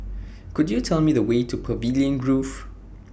Could YOU Tell Me The Way to Pavilion Grove